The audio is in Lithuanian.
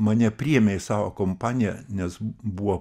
mane priėmė į savo kompaniją nes buvo